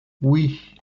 oui